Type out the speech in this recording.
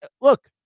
Look